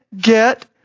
get